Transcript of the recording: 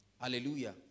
Hallelujah